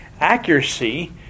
accuracy